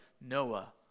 Noah